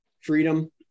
freedom